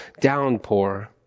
downpour